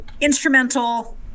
instrumental